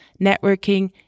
Networking